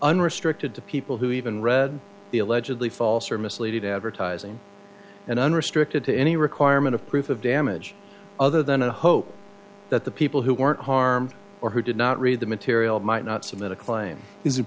unrestricted to people who even read the allegedly false or misleading advertising and unrestricted to any requirement of proof of damage other than to hope that the people who weren't harmed or who did not read the material might not submit a claim is it